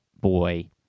boy